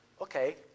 okay